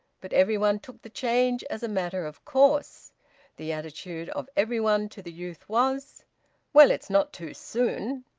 but every one took the change as a matter of course the attitude of every one to the youth was well, it's not too soon!